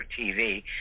TV